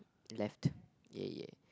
at left ya ya